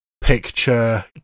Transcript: picture